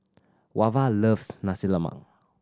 Wava loves Nasi Lemak